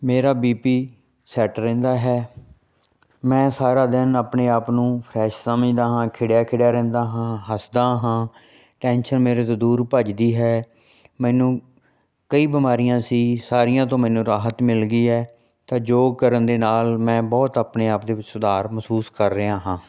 ਮੇਰਾ B P set ਰਹਿੰਦਾ ਹੈ ਮੈਂ ਸਾਰਾ ਦਿਨ ਆਪਣੇ ਆਪ ਨੂੰ ਫਰੈਸ਼ ਸਮਝਦਾ ਹਾਂ ਖਿੜਿਆ ਖਿੜਿਆ ਰਹਿੰਦਾ ਹਾਂ ਹੱਸਦਾ ਹਾਂ ਟੈਨਸ਼ਨ ਮੇਰੇ ਤੋਂ ਦੂਰ ਭੱਜਦੀ ਹੈ ਮੈਨੂੰ ਕਈ ਬਿਮਾਰੀਆਂ ਸੀ ਸਾਰੀਆਂ ਤੋਂ ਮੈਨੂੰ ਰਾਹਤ ਮਿਲ ਗਈ ਹੈ ਤਾਂ ਯੋਗ ਕਰਨ ਦੇ ਨਾਲ ਮੈਂ ਬਹੁਤ ਆਪਣੇ ਆਪ ਦੇ ਵਿੱਚ ਸੁਧਾਰ ਮਹਿਸੂਸ ਕਰ ਰਿਹਾ ਹਾਂ